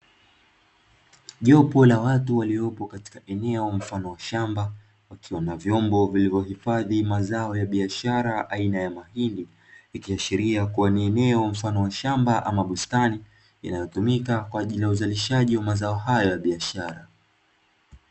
Jopo la watu waliopo katika eneo mfano wa shamba, wakiwa na vyombo vilivyohifadhi mazao ya biashara aina ya mahindi, ikiashiria kuwa ni eneo mfano wa shamba ama bustani, inayotumika kwa ajili ya uzalishaji wa mazao hayo ya biashara.